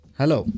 Hello